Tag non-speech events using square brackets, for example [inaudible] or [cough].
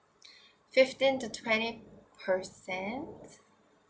[breath] fifteen to twenty percent